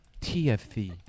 TFC